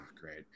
Great